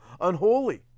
unholy